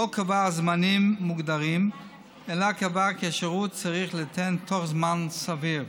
לא קבע זמנים מוגדרים אלא קבע כי השירות צריך להינתן תוך זמן סביר.